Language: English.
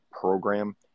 program